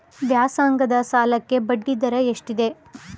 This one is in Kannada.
ವ್ಯಾಸಂಗದ ಸಾಲಕ್ಕೆ ಬಡ್ಡಿ ದರ ಎಷ್ಟಿದೆ?